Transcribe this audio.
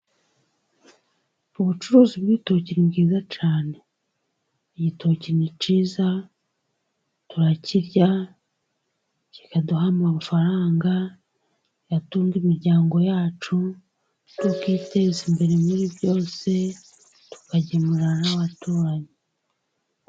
Ubucuruzi bw'ibitoki ni bwiza cyane igitoki ni cyiza turakirya kikaduha amafaranga, atunga imiryango yacu tukiteza imbere muri byose tukagemurira n'abaturanyi.